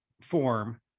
form